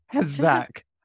Zach